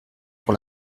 pour